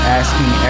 asking